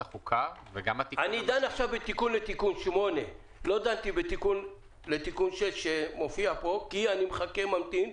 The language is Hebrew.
אני דן בתיקון לתיקון 8. לא דנתי בתיקון 6 שמופיע פה כי אני ממתין,